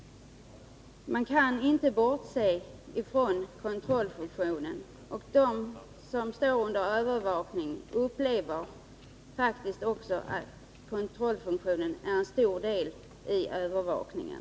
Man kan inte bortse från kontrollfunktionen. De som står under övervakning upplever faktiskt situationen på det sättet att kontrollfunktionen utgör en stor del av övervakningen.